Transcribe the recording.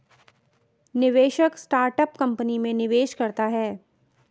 निवेशक startup company में निवेश करता है